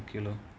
okay lor